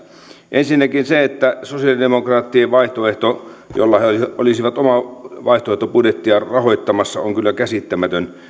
ensinnäkin se että sosialidemokraattien vaihtoehto jolla he olisivat omaa vaihtoehtobudjettiaan rahoittamassa on kyllä käsittämätön